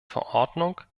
verordnung